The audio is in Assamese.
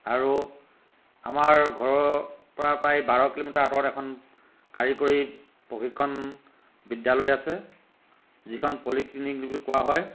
আৰু আমাৰ ঘৰৰ পৰা প্ৰায় বাৰ কিলোমিটাৰ আঁতৰত এখন কাৰিকৰী প্ৰশিক্ষণ বিদ্যালয় আছে যিখন পলিক্লিনিক বুলি কোৱা হয়